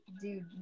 dude